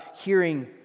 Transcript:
hearing